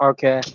Okay